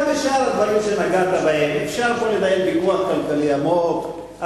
גם בשאר הדברים שנגעת בהם אפשר פה לנהל ויכוח כלכלי עמוק,